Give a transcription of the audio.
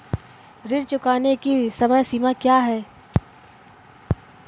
ऋण चुकाने की समय सीमा क्या है?